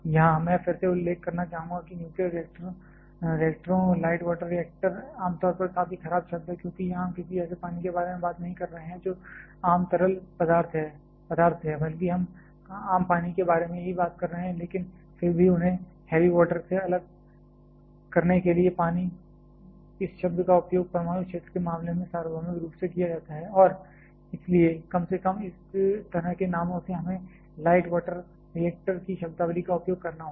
यहां मैं फिर से उल्लेख करना चाहूंगा कि न्यूक्लियर रिएक्टरों लाइट वाटर आम तौर पर काफी खराब शब्द है क्योंकि यहां हम किसी ऐसे पानी के बारे में बात नहीं कर रहे हैं जो आम तरल पदार्थ से है बल्कि हम आम पानी के बारे में ही बात कर रहे हैं लेकिन फिर भी उन्हें हैवी वाटर से अलग करने के लिए पानी इस शब्द का उपयोग परमाणु क्षेत्र के मामले में सार्वभौमिक रूप से किया जाता है और इसलिए कम से कम इस तरह के नामों में हमें इस लाइट वाटर रिएक्टर की शब्दावली का उपयोग करना होगा